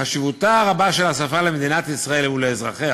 חשיבותה הרבה של השפה למדינת ישראל ולאזרחיה